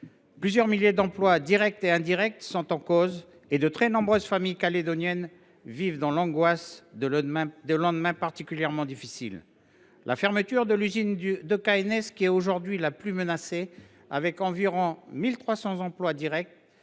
Plusieurs milliers d’emplois directs et indirects sont en cause et de très nombreuses familles calédoniennes vivent dans l’angoisse de lendemains particulièrement difficiles. La fermeture de l’usine de KNS, aujourd’hui la plus menacée avec environ 1 300 emplois directs,